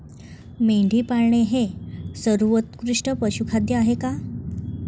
मेंढी पाळणे हे सर्वोत्कृष्ट पशुखाद्य आहे का?